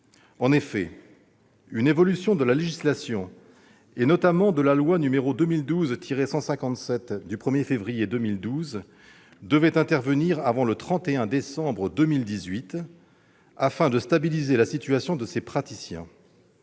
En effet, une évolution de la législation et, notamment, de la loi n° 2012-157 du 1 février 2012, devait intervenir avant le 31 décembre 2018 afin de stabiliser la situation de ces praticiens.